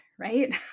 right